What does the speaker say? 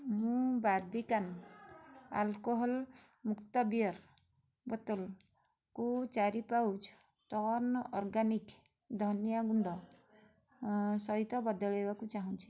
ମୁଁ Barbican alcohol ମୁକ୍ତ beer ବୋତଲକୁ ଚାରି ପାଉଚ୍ ଟର୍ନ ଅର୍ଗାନିକ୍ ଧନିଆ ଗୁଣ୍ଡ ସହିତ ବଦଳାଇବାକୁ ଚାହୁଁଛି